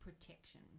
protection